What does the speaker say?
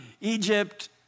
Egypt